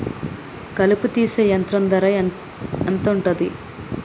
కలుపు తీసే యంత్రం ధర ఎంతుటది?